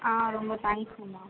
ஆ ரொம்ப தேங்க்ஸ்ங்கமா